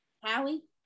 Howie